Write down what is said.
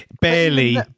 barely